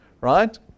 right